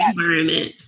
environment